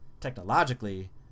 technologically